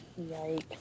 Yikes